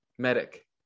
medic